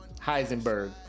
Heisenberg